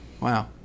Wow